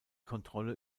kontrolle